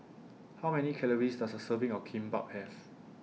How Many Calories Does A Serving of Kimbap Have